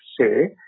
say